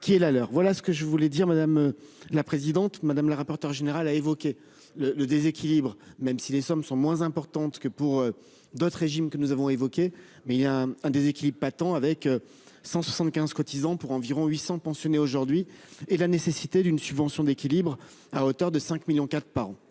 qui est la leur. Voilà ce que je voulais dire madame la présidente madame la rapporteure générale a évoqué le, le déséquilibre, même si les sommes sont moins importantes que pour d'autres régimes que nous avons évoqué mais il y a un déséquilibre avec. 175 cotisants pour environ 800 pensionnés aujourd'hui et la nécessité d'une subvention d'équilibre à hauteur de 5 millions quatre par.